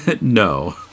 No